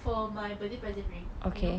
for my birthday present ring you know